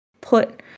put